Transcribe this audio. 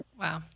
Wow